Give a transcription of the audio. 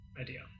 idea